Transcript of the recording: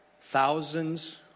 thousands